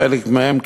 חלק מהם,